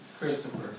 Christopher